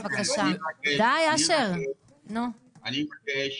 אני מבקש